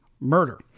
murder